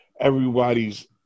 everybody's